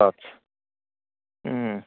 अच्छा हुँ